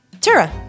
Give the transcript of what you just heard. Tura